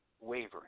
wavering